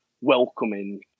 welcoming